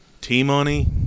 T-Money